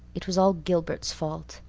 it was all gilbert's fault.